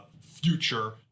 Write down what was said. future